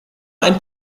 ein